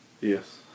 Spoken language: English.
yes